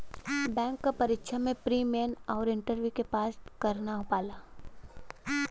bank क परीक्षा में प्री, मेन आउर इंटरव्यू के पास करना होला